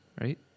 right